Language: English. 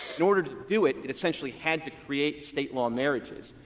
in order to do it, it essentially had to create state law marriages,